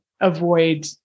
avoid